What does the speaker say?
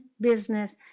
business